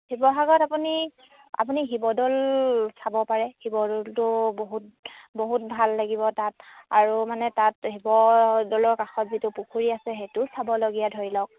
শিৱসাগৰত আপুনি আপুনি শিৱদৌল চাব পাৰে শিৱদৌলটো বহুত বহুত ভাল লাগিব তাত আৰু মানে তাত শিৱদৌলৰ কাষত যিটো পুখুৰী আছে সেইটোও চাবলগীয়া ধৰি লওক